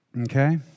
Okay